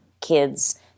kids